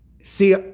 See